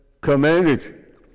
commanded